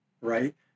right